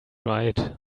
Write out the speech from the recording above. right